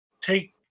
take